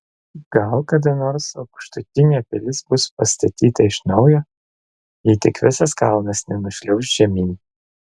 gal kada nors aukštutinė pilis bus pastatyta iš naujo jei tik visas kalnas nenušliauš žemyn